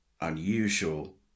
unusual